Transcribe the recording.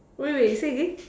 wait wait you say again